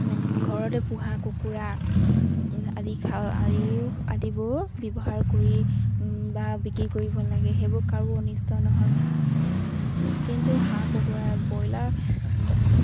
ঘৰতে পোহা কুকুৰা আদি খাওঁ আদিও আদিবোৰ ব্যৱহাৰ কৰি বা বিক্ৰী কৰিব লাগে সেইবোৰ কাৰো অনিষ্ট নহয় কিন্তু কিন্তু হাঁহ কুকুৰা ব্ৰইলাৰ